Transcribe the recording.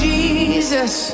Jesus